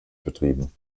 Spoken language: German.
betrieben